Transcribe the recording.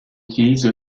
utilise